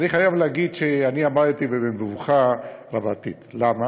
אני חייב להגיד שעמדתי במבוכה, למה?